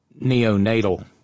neonatal